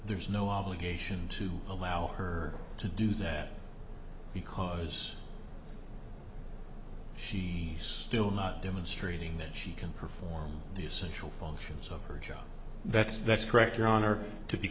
there's no obligation to allow her to do that because she still not demonstrating that she can perform the essential functions of her job that's that's correct your honor to be